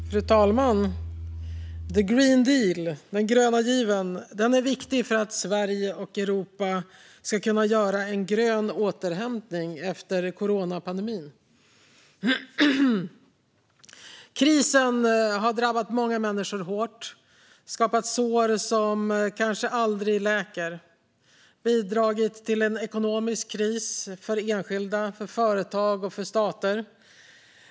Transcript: Fru talman! The Green Deal, den gröna given, är viktig för att Sverige och Europa ska kunna göra en grön återhämtning efter coronapandemin. Krisen har drabbat många människor hårt och skapat sår som kanske aldrig läker. Den har bidragit till en ekonomisk kris för enskilda, för företag och för stater.